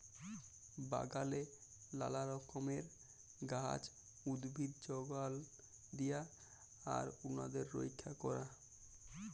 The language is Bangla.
বাগালে লালা রকমের গাহাচ, উদ্ভিদ যগাল দিয়া আর উনাদের রইক্ষা ক্যরা